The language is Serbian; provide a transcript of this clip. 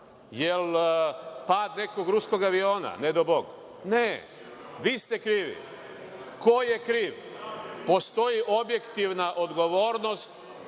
Jel pad nekog ruskog aviona, ne dao Bog? Ne, vi ste krivi. Ko je kriv? Postoji objektivna odgovornost,